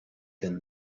than